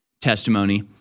testimony